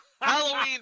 Halloween